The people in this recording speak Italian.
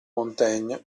montaigne